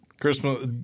Christmas